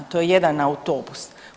To je jedan autobus.